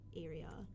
area